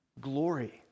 Glory